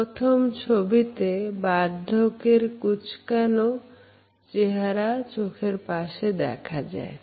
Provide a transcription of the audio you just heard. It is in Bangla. প্রথম ছবিতে বার্ধক্যের কুচকানো চেহারা চোখের পাশে দেখা যায়